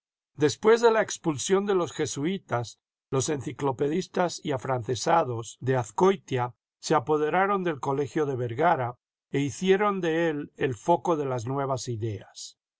después de la expulsión de los jesuítas los enciclopedistas y afrancesados de azcoitia se apoderaron del colegio de vergara e hicieron de él el foco de las nuevas ideas